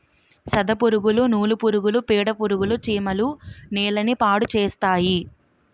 సెదపురుగులు నూలు పురుగులు పేడపురుగులు చీమలు నేలని పాడుచేస్తాయి